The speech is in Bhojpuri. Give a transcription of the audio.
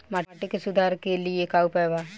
माटी के सुधार के लिए का उपाय बा?